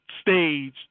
stage